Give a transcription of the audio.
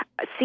see